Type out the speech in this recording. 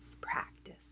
practice